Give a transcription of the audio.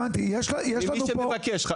למי שמבקש.